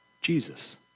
Jesus